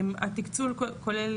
התקצוב כולל